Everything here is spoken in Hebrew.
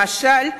למשל,